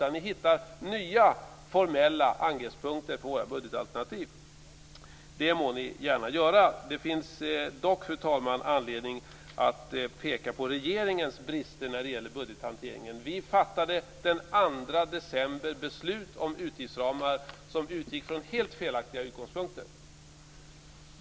Ni hittar nya formella angreppspunkter på vårt budgetalternativ. Det må ni gärna göra. Det finns dock, fru talman, anledning att peka på regeringens brister när det gäller budgethanteringen. Vi fattade den 2 december beslut om utgiftsramar som utgick från helt felaktiga utgångspunkter.